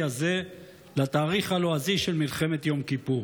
הזה לתאריך הלועזי של מלחמת יום כיפור.